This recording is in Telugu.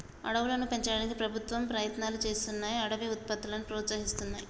అడవులను పెంచడానికి ప్రభుత్వాలు ప్రయత్నం చేస్తున్నాయ్ అడవి ఉత్పత్తులను ప్రోత్సహిస్తున్నాయి